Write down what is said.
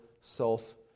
self